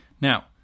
Now